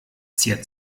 ziert